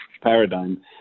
paradigm